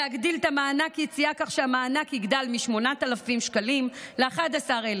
להגדיל את מענק היציאה כך שהמענק יגדל מ-8,000 שקלים ל-11,000.